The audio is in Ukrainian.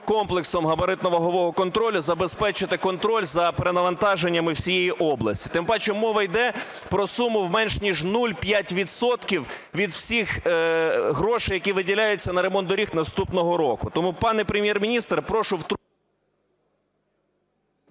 комплексом габаритно-вагового контролю забезпечити контроль за перенавантаженнями всієї області. Тим паче мова йде про суму менш ніж 0,5 відсотків від всіх грошей, які виділяються на ремонт доріг наступного року. Тому, пане Прем'єр-міністр, прошу…